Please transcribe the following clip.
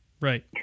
right